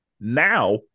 now